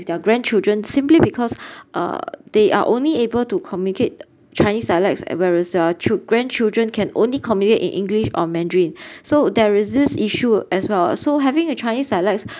their grandchildren simply because uh they are only able to communicate chinese dialects where as their child~ grandchildren can only communicate in english or mandarin so there is this issue as well so having a chinese dialects